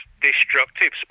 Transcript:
destructive